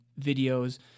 videos